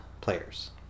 players